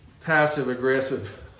passive-aggressive